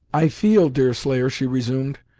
i feel, deerslayer, she resumed,